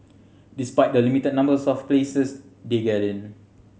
despite the limited number of places they get in